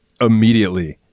immediately